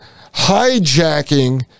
hijacking